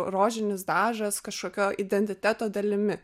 rožinis dažas kažkokio identiteto dalimi